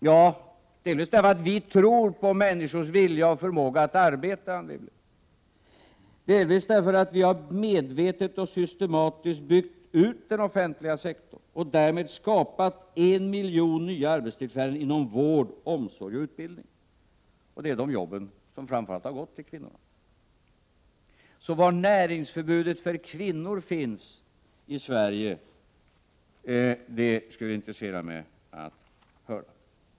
Ja delvis därför att vi tror på människors vilja och förmåga att arbeta, delvis därför att vi medvetet och systematiskt har byggt ut den offentliga sektorn och därmed skapat en miljon nya arbetstillfällen inom vård, omsorg och utbildning. Det är framför allt arbeten inom dessa områden som kvinnorn har. Så var näringsförbudet för kvinnor finns i Sverige skulle intressera pe att få höra.